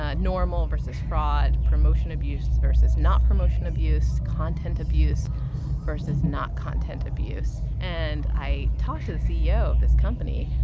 ah normal versus fraud, promotion abuse versus not promotion abuse, content abuse versus not content abuse and i talked to the ceo of this company,